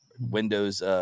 Windows